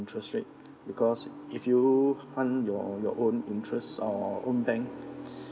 interest rate because if you hunt your your own interest or own bank